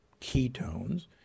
ketones